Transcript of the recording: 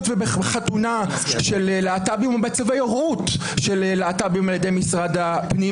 ובחתונה של להט"בים או במצבי הורות של להט"בים על ידי משרד הפנים,